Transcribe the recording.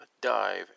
dive